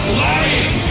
lying